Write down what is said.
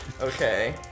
Okay